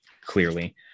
clearly